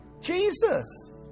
Jesus